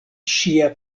ŝia